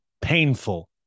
painful